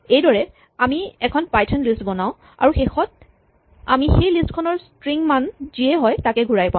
এইদৰে আমি এখন পাইথন লিষ্ট বনাওঁ আৰু শেষত আমি সেই লিষ্ট খনৰ ষ্ট্ৰিং মান যিয়েই হয় তাকেই ঘূৰাওঁ